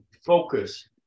Focus